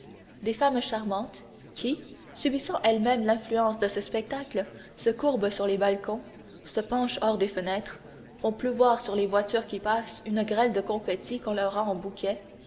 des femmes charmantes qui subissant elles-mêmes l'influence de ce spectacle se courbent sur les balcons se penchent hors des fenêtres font pleuvoir sur les voitures qui passent une grêle de confetti qu'on leur rend en bouquets